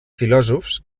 filòsofs